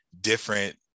different